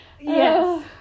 Yes